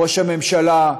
ראש הממשלה,